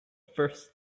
first